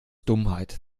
dummheit